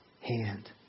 hand